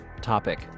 topic